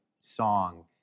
song